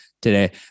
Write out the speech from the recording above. today